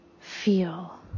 feel